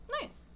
Nice